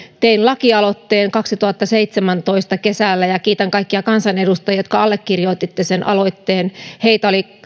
tein lakialoitteen kaksituhattaseitsemäntoista kesällä ja kiitän kaikkia kansanedustajia jotka allekirjoittivat sen aloitteen heitä oli